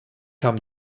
kam